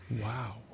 Wow